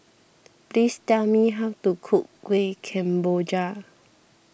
please tell me how to cook Kuih Kemboja